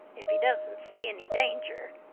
if he doesn't see any danger,